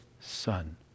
son